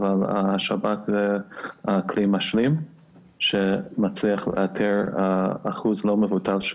אבל השב"כ זה כלי משלים שמצליח לאתר אחוז לא מבוטל של